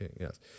Yes